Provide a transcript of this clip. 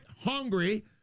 hungry